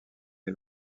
est